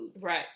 right